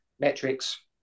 metrics